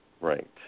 Right